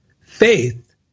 faith